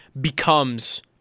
becomes